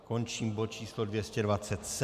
Končím bod číslo 227.